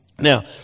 Now